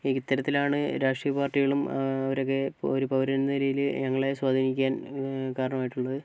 ഇത്തരത്തിലാണ് രാഷ്ട്രീയ പാർട്ടികളും അവരൊക്കെ ഒരു പൗരൻ എന്ന നിലയിൽ ഞങ്ങളെ സ്വാധീനിക്കാൻ കാരണമായിട്ടുള്ളത്